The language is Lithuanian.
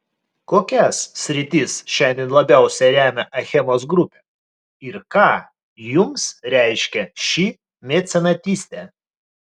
kokias sritis šiandien labiausiai remia achemos grupė ir ką jums reiškia ši mecenatystė